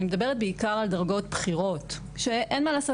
אני מדברת בעיקר על דרגות בכירות ואין מה לעשות.